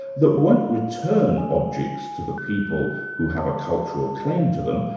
that won't return objects to the people who have a cultural claim to them,